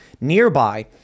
nearby